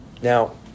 Now